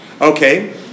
Okay